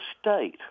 state